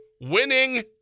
winning